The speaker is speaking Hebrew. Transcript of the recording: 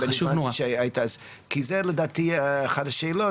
כי זו לדעתי אחת השאלות,